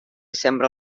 sembra